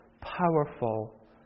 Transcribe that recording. powerful